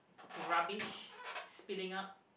rubbish spilling out